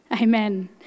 Amen